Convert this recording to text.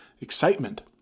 excitement